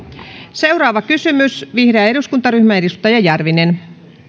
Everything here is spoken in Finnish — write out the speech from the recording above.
seuraava kysymys vihreä eduskuntaryhmä edustaja järvinen